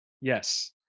Yes